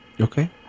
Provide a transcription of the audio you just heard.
Okay